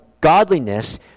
godliness